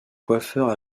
coiffeurs